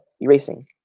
erasing